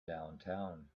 downtown